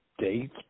Date